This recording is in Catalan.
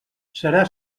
serà